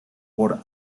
por